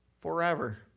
forever